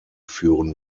führen